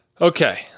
Okay